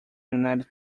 united